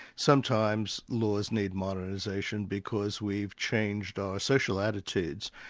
sometimes laws need modernisation because we've changed our social attitudes,